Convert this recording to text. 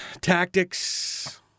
tactics